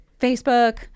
Facebook